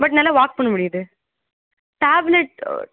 but நல்லா walk பண்ண முடியுது டேப்லெட் ஓ